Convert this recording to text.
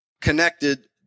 connected